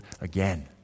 again